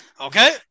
Okay